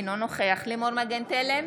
אינו נוכח לימור מגן תלם,